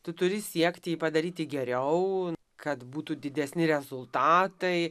tu turi siekt jį padaryti geriau kad būtų didesni rezultatai